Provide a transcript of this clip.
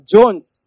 Jones